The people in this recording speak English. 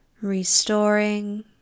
restoring